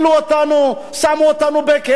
מה פשענו כשהיינו שם?